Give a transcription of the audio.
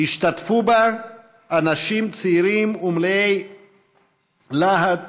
השתתפו בה אנשים צעירים ומלאי להט,